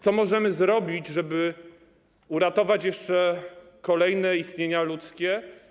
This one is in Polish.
Co możemy zrobić, żeby uratować kolejne istnienia ludzkie?